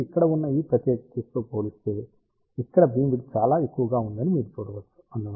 కాబట్టి ఇక్కడ ఉన్న ఈ ప్రత్యేక కేసుతో పోలిస్తే ఇక్కడ బీమ్ విడ్త్ చాలా ఎక్కువగా ఉందని మీరు చూడవచ్చు